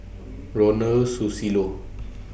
Ronald Susilo